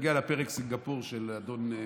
נגיע לפרק סינגפור של אדון בנט.